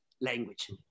language